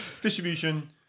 Distribution